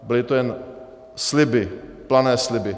Byly to jen sliby, plané sliby.